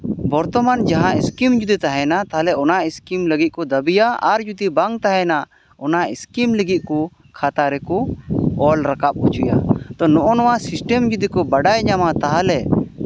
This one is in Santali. ᱵᱚᱨᱛᱚᱢᱟᱱ ᱡᱟᱦᱟᱸ ᱥᱠᱤᱢ ᱡᱩᱫᱤ ᱛᱟᱦᱮᱱᱟ ᱛᱟᱦᱞᱮ ᱚᱱᱟ ᱥᱠᱤᱢ ᱞᱟᱹᱜᱤᱫ ᱠᱚ ᱫᱟᱹᱵᱤᱭᱟ ᱟᱨ ᱡᱩᱫᱤ ᱵᱟᱝ ᱛᱟᱦᱮᱱᱟ ᱚᱱᱟ ᱥᱠᱤᱢ ᱞᱟᱹᱜᱤᱫ ᱠᱚ ᱠᱷᱟᱛᱟ ᱨᱮᱠᱚ ᱚᱞ ᱨᱟᱠᱟᱵ ᱦᱚᱪᱚᱭᱟ ᱛᱚ ᱱᱚᱜᱼᱚᱸᱭ ᱱᱚᱣᱟ ᱥᱤᱥᱴᱮᱢ ᱡᱩᱫᱤ ᱠᱚ ᱵᱟᱲᱟᱭ ᱧᱟᱢᱟ ᱛᱟᱦᱚᱞᱮ